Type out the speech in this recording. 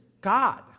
God